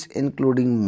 including